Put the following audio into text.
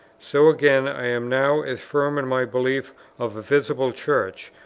so again i am now as firm in my belief of a visible church,